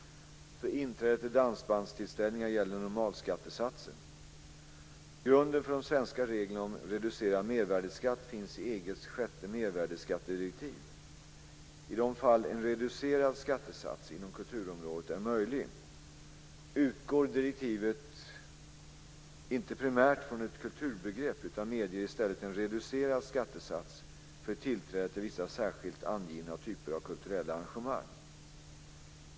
För inträde till dansbandstillställningar gäller normalskattesatsen. Grunden för de svenska reglerna om reducerad mervärdesskatt finns i EG:s sjätte mervärdesskattedirektiv. I de fall en reducerad skattesats inom kulturområdet är möjlig utgår direktivet inte primärt från ett kulturbegrepp utan medger i stället en reducerad skattesats för tillträde till vissa särskilt angivna typer av kulturella arrangemang.